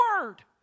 word